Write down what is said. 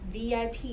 VIP